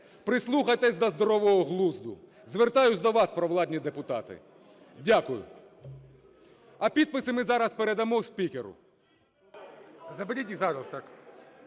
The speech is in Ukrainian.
Прислухайтесь до здорового глузду. Звертаюсь до вас, провладні депутати. Дякую. А підписи ми зараз передамо спікеру.